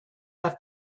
have